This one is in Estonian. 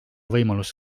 võimalus